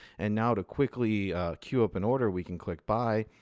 and now to quickly queue up in order, we can click buy,